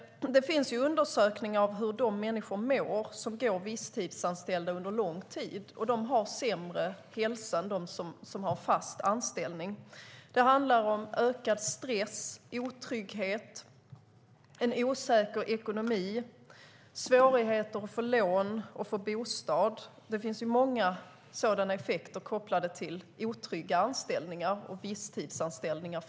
Det finns undersökningar på hur de människor mår som är visstidsanställda under lång tid. De har sämre hälsa än de med fast anställning. Det handlar om ökad stress, otrygghet, osäker ekonomi, svårigheter att få lån och bostad. Det finns många sådana effekter kopplade till otrygga anställningar, framför allt till visstidsanställningar.